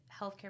healthcare